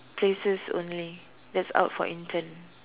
places only that's out for intern